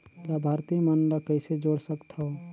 लाभार्थी मन ल कइसे जोड़ सकथव?